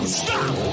stop